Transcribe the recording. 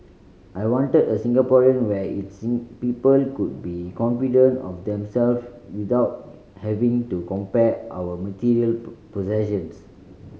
I wanted a Singapore where its people could be confident of themself without having to compare our material possessions